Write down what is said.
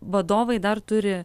vadovai dar turi